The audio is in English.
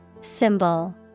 Symbol